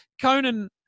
conan